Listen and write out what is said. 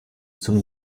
zum